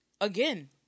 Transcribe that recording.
again